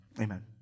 amen